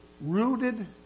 rooted